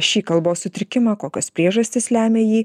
šį kalbos sutrikimą kokios priežastys lemia jį